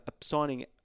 signing